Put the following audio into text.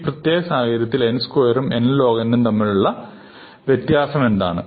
ഈ പ്രത്യേക സാഹചര്യത്തിൽ n സ്ക്വയറും n log n ഉം തമ്മിലുള്ള ഉള്ള വ്യത്യാസം എന്താണ്